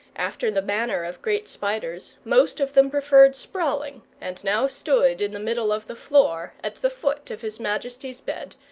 after the manner of great spiders, most of them preferred sprawling, and now stood in the middle of the floor at the foot of his majesty's bed,